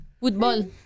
football